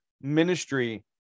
ministry